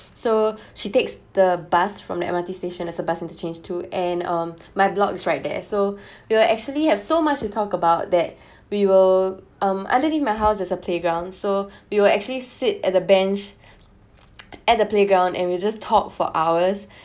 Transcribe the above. so she takes the bus from the M_R_T station as a bus interchange to and um my block is right there so we were actually have so much to talk about that we will um underneath my house is a playground so we will actually sit at the bench at the playground and we just talk for hours